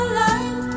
light